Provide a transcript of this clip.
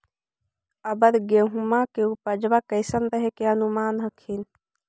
अबर गेहुमा के उपजबा कैसन रहे के अनुमान हखिन?